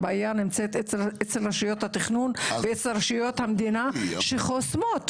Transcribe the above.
הבעיה נמצאת אצל רשויות התכנון ואצל רשויות המדינה שחוסמות.